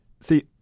see